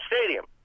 stadium